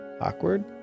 awkward